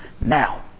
now